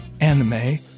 anime